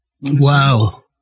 Wow